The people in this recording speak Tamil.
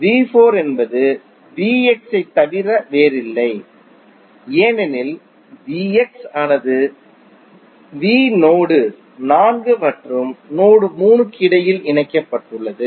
V4 என்பது Vx ஐத் தவிர வேறில்லை ஏனெனில் Vx ஆனது V நோடு 4 மற்றும் நோடு 3 க்கு இடையில் இணைக்கப்பட்டுள்ளது